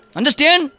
Understand